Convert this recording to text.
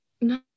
no